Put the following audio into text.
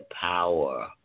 power